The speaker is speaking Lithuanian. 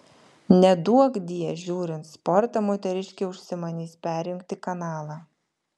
neduokdie žiūrint sportą moteriškė užsimanys perjungti kanalą